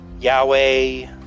Yahweh